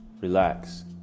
Relax